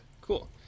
cool